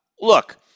look –